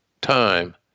time